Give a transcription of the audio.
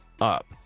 up